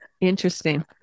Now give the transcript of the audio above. Interesting